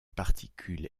particules